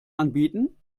anbieten